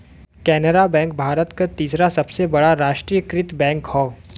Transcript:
Canara bank Bharat क तीसरा सबसे बड़ा राष्ट्रीयकृत बैंक हौ